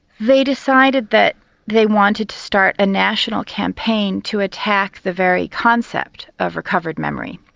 they decided that they wanted to start a national campaign to attack the very concept of recovered memory.